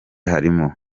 harimo